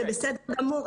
זה בסדר גמור,